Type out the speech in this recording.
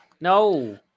no